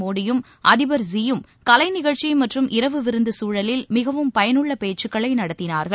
மோடியும் அதிபர் ஸீ யும் கலைநிகழ்ச்சி மற்றும் இரவு விருந்துச் குழலில் மிகவும் பயனுள்ள பேச்சுக்களை நடத்தினார்கள்